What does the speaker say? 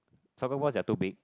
soccer ball that are too big